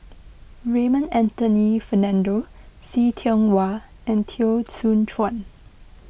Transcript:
Raymond Anthony Fernando See Tiong Wah and Teo Soon Chuan